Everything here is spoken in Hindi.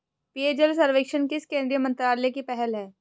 पेयजल सर्वेक्षण किस केंद्रीय मंत्रालय की पहल है?